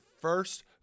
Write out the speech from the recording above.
first